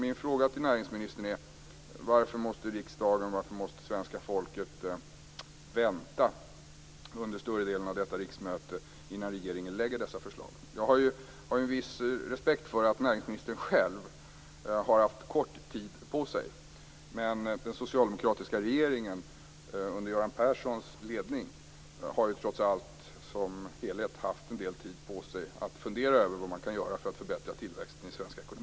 Min fråga till näringsministern är: Varför måste riksdagen, varför måste svenska folket, vänta under större delen av detta riksmöte innan regeringen lägger fram dessa förslag? Jag har en viss respekt för att näringsministern själv har haft kort tid på sig. Men den socialdemokratiska regeringen under Göran Perssons ledning har ju trots allt som helhet haft en del tid på sig för att fundera över vad man kan göra för att förbättra tillväxten i svensk ekonomi.